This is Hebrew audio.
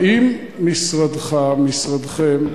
האם משרדך, משרדכם,